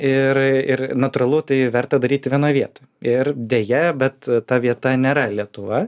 ir ir natūralu tai verta daryti vienoj vietoj ir deja bet ta vieta nėra lietuva